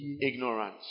Ignorance